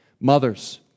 Mothers